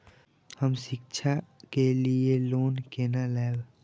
हम शिक्षा के लिए लोन केना लैब?